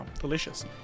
Delicious